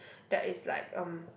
that is like um